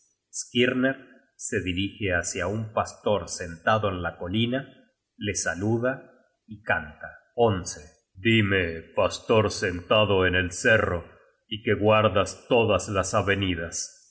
skirner se dirige hácia un pastor sentado en la colina le saluda y canta dime pastor sentado en el cerro y que guardas todas las avenidas